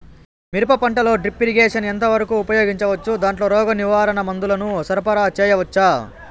మిరప పంటలో drip irrigation ఎంత వరకు ఉపయోగించవచ్చు, దాంట్లో రోగ నివారణ మందుల ను సరఫరా చేయవచ్చా?